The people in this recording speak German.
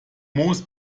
moos